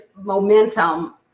momentum